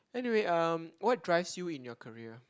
anyway um what drives you in your career